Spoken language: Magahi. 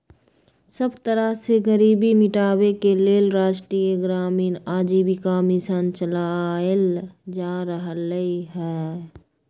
सब तरह से गरीबी मिटाबे के लेल राष्ट्रीय ग्रामीण आजीविका मिशन चलाएल जा रहलई ह